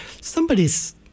somebody's